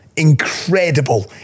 incredible